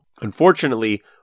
Unfortunately